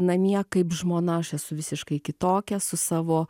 namie kaip žmona aš esu visiškai kitokia su savo